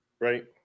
right